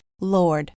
Lord